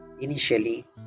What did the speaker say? initially